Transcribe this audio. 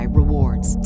rewards